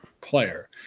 player